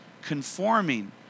Conforming